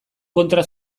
kontra